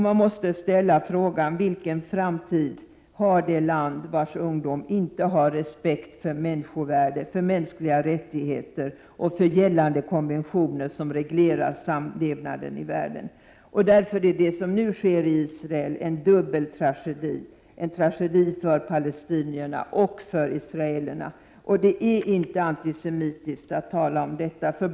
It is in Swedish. Man måste ställa frågan: Vilken framtid har det land vars ungdom inte har respekt för människovärde, mänskliga rättigheter och gällande konventioner som reglerar samlevnaden i världen? Det som nu sker i Israel är en dubbel tragedi — en tragedi för palestinierna och för israelerna. Det är inte antisemitiskt att tala så.